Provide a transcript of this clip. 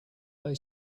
they